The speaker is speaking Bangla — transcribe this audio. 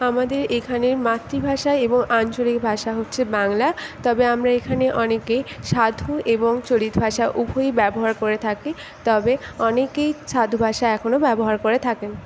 আমাদের এখানে মাতৃভাষা এবং আঞ্চলিক ভাষা হচ্ছে বাংলা তবে আমরা এখানে অনেকে সাধু এবং চলিত ভাষা উভয়ই ব্যবহার করে থাকি তবে অনেকেই সাধু ভাষা এখনো ব্যবহার করে থাকেন